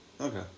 Okay